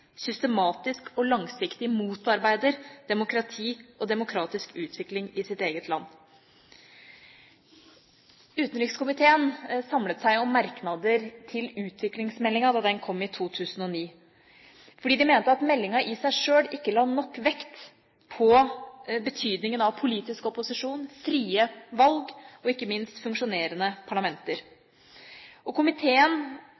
systematisk og langsiktig motarbeider demokrati og demokratisk utvikling i sitt eget land. Utenrikskomiteen samlet seg om merknader til utviklingsmeldinga da den kom i 2009, fordi de mente at meldinga i seg sjøl ikke la nok vekt på betydningen av politisk opposisjon, frie valg og ikke minst funksjonerende